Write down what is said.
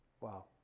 Wow